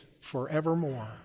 forevermore